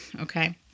okay